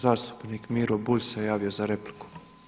Zastupnik Miro Bulj se javio za repliku.